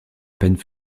peine